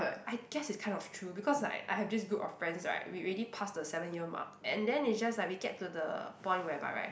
I guess it's kind of true because like I have this group of friends right we already pass the seven year mark and then it's just like we get to the point whereby right